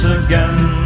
again